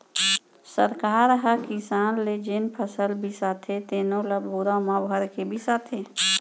सरकार ह किसान ले जेन फसल बिसाथे तेनो ल बोरा म भरके बिसाथे